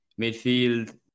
Midfield